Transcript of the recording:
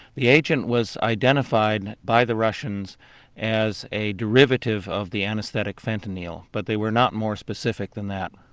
the agent was identified by the russians as a derivative of the anaesthetic fentanyl but they were not more specific than that.